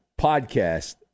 podcast